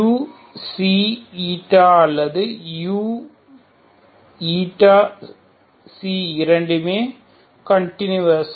uξ η அல்லது uηξ இரண்டுமே கண்டினுயஸ்